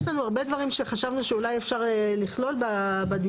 יש לנו הרבה דברים שחשבנו שאולי אפשר לכלול בדיווחים,